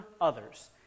others